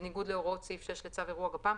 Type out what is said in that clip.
בניגוד להוראות סעיף 6 לצו אירוע גפ"מ,5,000.